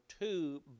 two